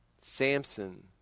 Samson